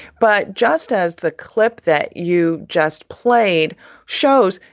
but just as the clip that you just played shows,